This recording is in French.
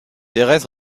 pérez